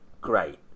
great